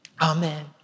Amen